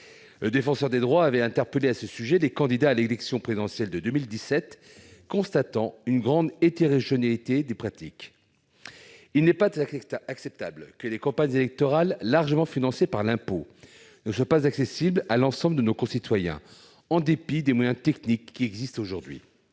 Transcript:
Le Défenseur des droits avait interpellé à ce sujet les candidats à l'élection présidentielle de 2017, constatant une grande hétérogénéité de pratiques. Il n'est pas acceptable que les campagnes électorales, largement financées par l'impôt, ne soient pas accessibles à l'ensemble de nos concitoyens en dépit des moyens techniques qui existent aujourd'hui.